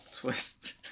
twist